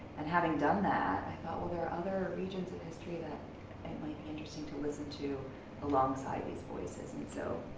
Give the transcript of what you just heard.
and having done that i thought, well there are other regions of history that it and might be interesting to listen to alongside these voices and so,